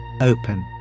open